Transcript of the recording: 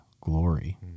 glory